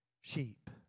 sheep